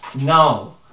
no